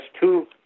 two